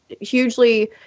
hugely